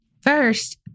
First